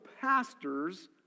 pastors